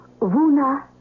Vuna